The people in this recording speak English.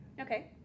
Okay